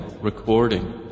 recording